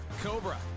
Cobra